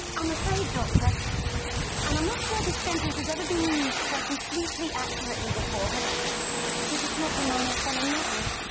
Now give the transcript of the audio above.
i'm afraid, doctor and i'm not sure this sentence has ever been used so completely accurately before, but you're just not the man i fell in love with.